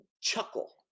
chuckle